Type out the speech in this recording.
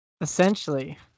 Essentially